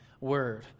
word